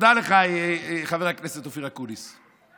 תודה לך, חבר הכנסת אופיר אקוניס.